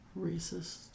racist